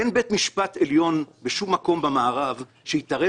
אין בית ממשפט עליון בשום מקום במערב שהתערב